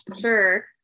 sure